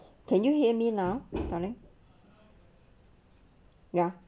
can you hear me now darling ya